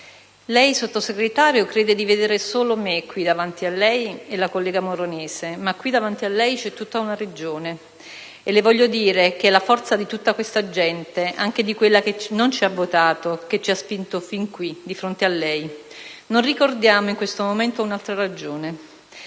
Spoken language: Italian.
lei, Sottosegretario, crede di vedere solo me e la collega Moronese qui davanti a lei, ma c'è tutta una Regione, e le voglio dire che è la forza di tutta questa gente, anche di quella che non ci ha votato, che ci ha spinto fin qui di fronte a lei. Non ricordiamo un'altra ragione